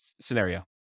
scenario